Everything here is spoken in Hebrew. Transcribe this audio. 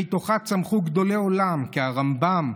שמתוכה צמחו גדולי עולם כמו הרמב"ם,